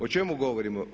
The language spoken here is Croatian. O čemu govorimo?